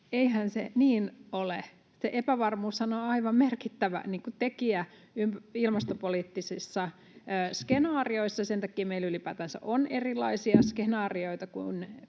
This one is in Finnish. Eihän se niin ole. Se epävarmuushan on aivan merkittävä tekijä ilmastopoliittisissa skenaarioissa. Sen takia meillä ylipäätänsä on erilaisia skenaarioita,